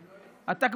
אתה,